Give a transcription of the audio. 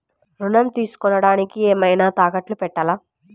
ఋణం తీసుకొనుటానికి ఏమైనా తాకట్టు పెట్టాలా?